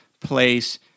place